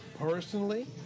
Personally